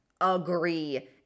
Agree